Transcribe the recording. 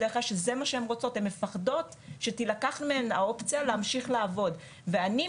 שזה מה שהן רוצות ושהן מפחדות שתילקח מהן האופציה של להמשיך לעבוד ואני,